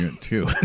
two